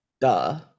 duh